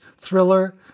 Thriller